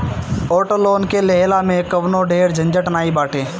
auto loan के लेहला में कवनो ढेर झंझट नाइ बाटे